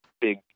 big